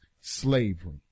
slavery